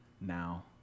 now